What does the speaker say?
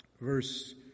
Verse